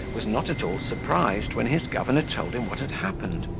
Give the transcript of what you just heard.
was not at all surprised when his governor told him what had happened,